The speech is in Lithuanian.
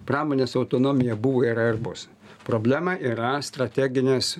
pramonės autonomija buvo yra ir bus problema yra strateginės